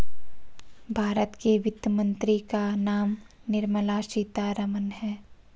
भारत के वित्त मंत्री का नाम निर्मला सीतारमन है